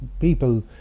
people